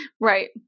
right